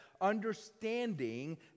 understanding